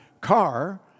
car